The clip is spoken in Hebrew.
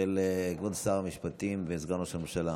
של כבוד שר המשפטים וסגן ראש הממשלה.